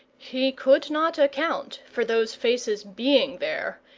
he could not account for those faces being there,